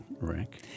Rick